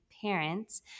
parents